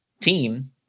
team